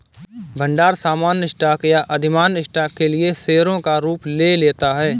भंडार सामान्य स्टॉक या अधिमान्य स्टॉक के लिए शेयरों का रूप ले लेता है